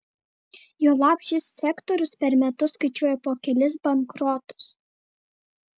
juolab šis sektorius per metus skaičiuoja po kelis bankrotus